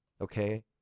Okay